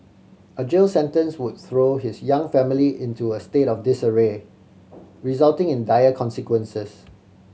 a jail sentence would throw his young family into a state of disarray resulting in dire consequences